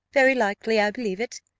very likely i believe it,